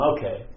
Okay